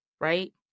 right